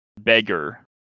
beggar